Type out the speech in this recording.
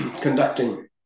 conducting